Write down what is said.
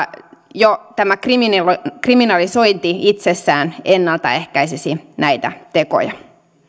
jo tämä kriminalisointi itsessään ennaltaehkäisisi näitä tekoja